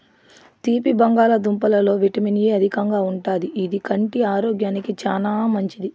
తీపి బంగాళదుంపలలో vitamin A అధికంగా ఉంటాది, ఇది కంటి ఆరోగ్యానికి చానా మంచిది